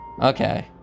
Okay